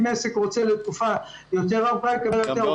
אם עסק רוצה לתקופה יותר ארוכה יקבל לתקופה ארוכה יותר.